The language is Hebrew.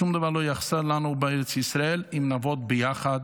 שום דבר לא יחסר לנו בארץ ישראל אם נעבוד ביחד.